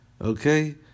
Okay